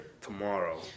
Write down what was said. tomorrow